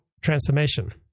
transformation